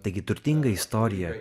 taigi turtingą istoriją